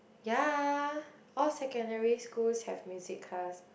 ya all secondary schools have music class